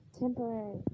Temporary